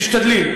תשתדלי.